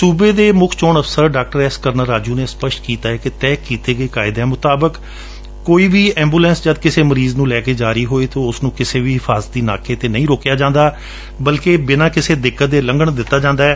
ਸੂਬੇ ਦੇ ਮੁੱਖ ਚੋਣ ਅਫਸਰ ਡਾ ਐਸ ਕਰੁਣਾ ਰਾਜੂ ਨੇ ਸਪਸ਼ਟ ਕੀਤੈ ਕਿ ਤੈਅ ਕੀਤੇ ਗਏ ਕਾਇਦਿਆਂ ਮੁਤਾਬਕ ਕੋਈ ਐ ਬੂਲੈ ਸ ਜਦ ਕਿਸੇ ਮਰੀਜ਼ ਨੂੰ ਲੈ ਕੇ ਜਾ ਰਹੀ ਹੋਵੇ ਤਾਂ ਉਸ ਨੂੰ ਕਿਸੇ ਹਿਫਾਜ਼ਤੀ ਨਾਕੇ ਤੇ ਨਹੀਂ ਰੋਕਿਆ ਜਾਂਦਾ ਬਲਕਿ ਬਿਨਾ ਕਿਸੇ ਦਿੱਕਤ ਦੇ ਲੰਘਣ ਦਿੱਤਾ ਜਾਂਦੈ